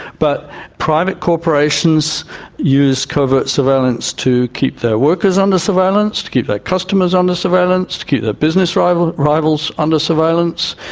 but private corporations use covert surveillance to keep their workers under surveillance, to keep their customers under surveillance, to keep their business rivals rivals under surveillance,